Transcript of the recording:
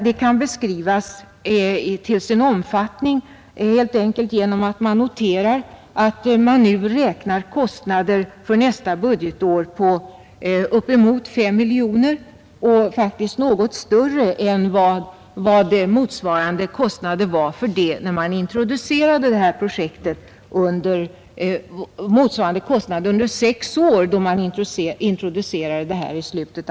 Det kan beskrivas till sin omfattning helt enkelt genom att man noterar att kostnaderna för nästa budgetår beräknas till upp emot 5 miljoner kronor och faktiskt är något större än motsvarande kostnader under sex år för projektet när det introducerades i slutet av 1950—talet.